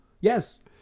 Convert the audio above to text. Yes